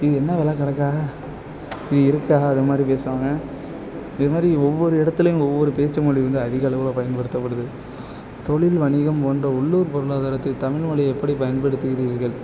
இது என்ன வில கிடக்கா இது இருக்கா அது மாதிரி பேசுவாங்கள் இது மாதிரி ஒவ்வொரு இடத்துலியும் ஒவ்வொரு பேச்சு மொழி அதிக அளவில் பயன்படுத்தப்படுது தொழில் வணிகம் போன்ற உள்ளூர் பொருளாதாரத்தை தமிழ் மொழி எப்படி பயன்படுத்துகிறீர்கள்